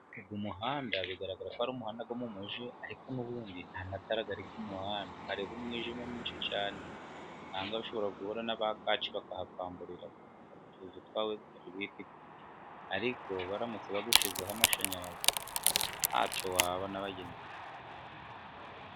uyo muhanda bigaragara ko ari umuhanda wo mu umujyi ariko n'ubundi nta matara ari ku muhanda. Hariho umwijima mwinshi cyane ahangaha ushobora guhura n'aba kaci bakahakwamburira bakagucuza utwawe wari wifitiye. Ariko baramutse bawushyizeho amashanyarazi nta cyo waba n'abagenzi ntacyo baba.